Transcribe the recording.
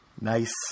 Nice